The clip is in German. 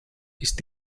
ist